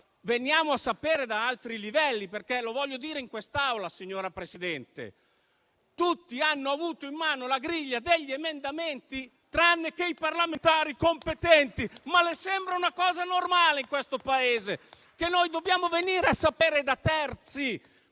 veniamo a sapere da altri livelli. Vorrei dire in quest'Aula, signora Presidente, che tutti hanno avuto in mano la griglia degli emendamenti, tranne i parlamentari competenti: le sembra normale che in questo Paese noi dobbiamo venire a sapere da terzi